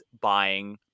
buying